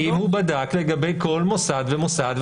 אם הוא בדק לגבי כל מוסד ומוסד,